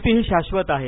शेती ही शाश्वत आहे